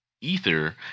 Ether